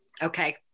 Okay